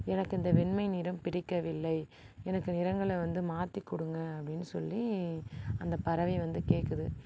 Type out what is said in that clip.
எனக்கு இந்த வெண்மை நிறம் பிடிக்கவில்லை எனக்கு நிறங்களை வந்து மாற்றி கொடுங்க அப்படின்னு சொல்லி அந்த பறவை வந்து கேட்குது